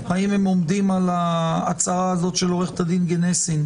האם הם עומדים על ההצעה הזאת של עו"ד גנסין,